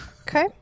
Okay